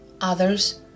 others